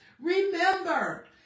Remember